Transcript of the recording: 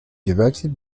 directed